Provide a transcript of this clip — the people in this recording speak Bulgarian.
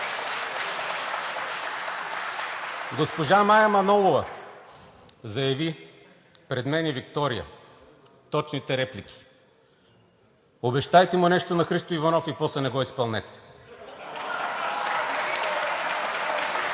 Госпожа Мая Манолова заяви пред мен и Виктория, точните реплики: „Обещайте му нещо на Христо Иванов и после не го изпълнете!“ (Смях